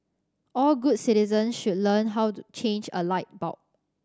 all good citizens should learn how to change a light bulb